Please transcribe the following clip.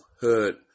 hurt